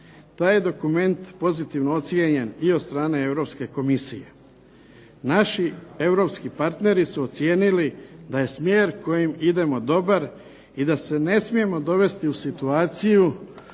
Taj je dokument pozitivno ocijenjen i od strane Europske komisije. Naši europski partneri su ocijenili da je smjer kojim idemo dobar i da se ne smijemo dovesti u situaciju